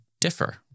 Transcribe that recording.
differ